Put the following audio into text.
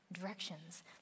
directions